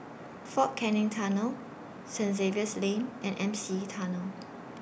Fort Canning Tunnel Saint Xavier's Lane and M C E Tunnel